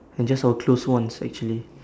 and just our close ones actually